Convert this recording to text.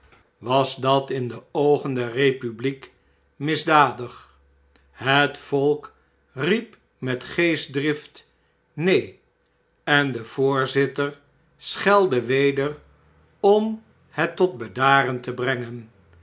was dat in de oogen der republiek misdadig het volk riep met geestdrift neen i en de voorzitter schelde weder om het tot bedaren te brengen